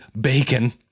bacon